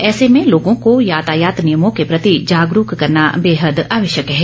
ऐसे में लोगों को यातायात नियमों के प्रति जागरूक करना बेहद आवश्यक है